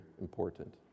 important